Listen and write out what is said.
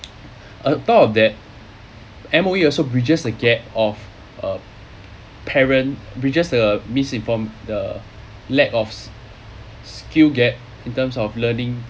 on top of that M_O_E also bridges the gap of a parent bridges the misinformed the lack of skill gap in terms of learning